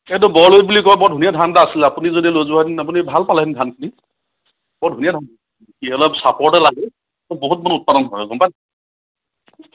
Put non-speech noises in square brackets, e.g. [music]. এইটো বৰলুইত বুলি কয় বৰ ধুনীয়া ধান এটা আছিলে আপুনি যদি লৈ যোৱা হেতেন আপুনি ভাল পালে হেতেন ধানখিনি বৰ ধুনীয়া ধান [unintelligible] অলপ চাপৰতে লাগে বহুত বহুত উৎপাদন হয় গ'ম পাইনে